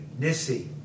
Nissi